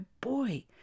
boy